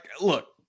Look